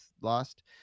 lost